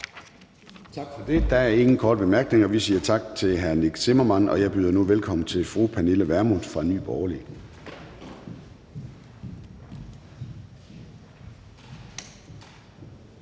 Tak for det. Der er ingen korte bemærkninger. Vi siger tak til hr. Nick Zimmermann, og jeg byder nu velkommen til fru Pernille Vermund fra Nye Borgerlige.